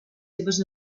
seves